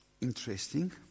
interesting